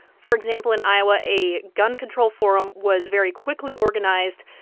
for example, in iowa, a gun control forum was very quickly organized.